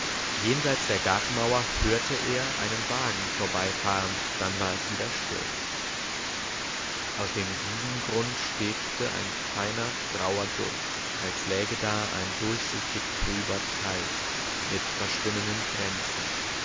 jenseits der gartenmauer hörte er einen wagen vorbeifahren dann war es wieder still aus dem wiesengrund schwebte ein feiner grauer dunst als läge da ein durchsichtig trüber teich mit verschwimmenden grenzen